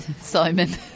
Simon